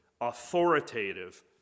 authoritative